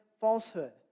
falsehood